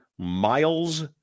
Miles